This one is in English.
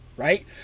Right